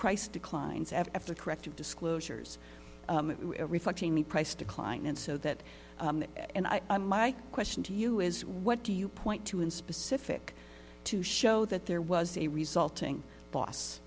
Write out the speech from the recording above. price declines after corrective disclosures reflecting the price decline and so that and i and my question to you is what do you point to in specific to show that there was a resulting loss